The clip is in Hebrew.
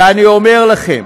ואני אומר לכם,